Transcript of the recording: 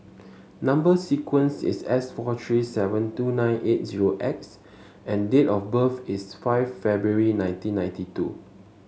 number sequence is S four three seven two nine eight zero X and date of birth is five February nineteen ninety two